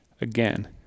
again